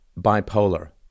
bipolar